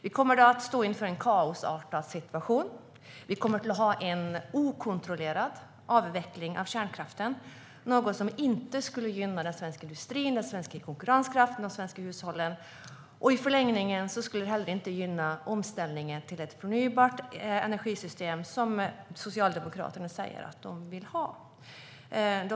Vi står inför en kaosartad situation. Vi får en okontrollerad avveckling av kärnkraften, något som inte skulle gynna den svenska industrin, den svenska konkurrenskraften eller de svenska hushållen. I förlängningen skulle det heller inte gynna omställningen till ett förnybart energisystem, vilket Socialdemokraterna säger att de vill ha.